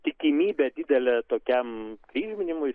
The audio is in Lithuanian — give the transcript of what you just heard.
tikimybė didelė tokiam kryžminimuisi